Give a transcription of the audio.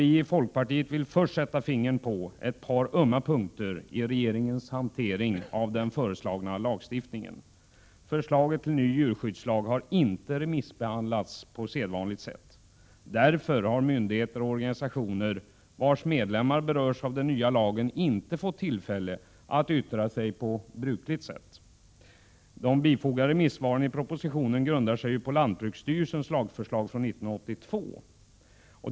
Vii folkpartiet vill först sätta fingret på ett par ömma punkter i regeringens hantering av den föreslagna lagstiftningen. Förslag till ny djurskyddslag har inte remissbehandlats på sedvanligt sätt. Därför har myndigheter och organisationer vilkas medlemmar berörs av den nya lagen inte fått tillfälle att yttra sig på brukligt sätt. De bifogade remissvaren i propositionen grundar sig på lantbruksstyrelsens lagförslag från 1982.